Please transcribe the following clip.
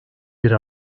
bir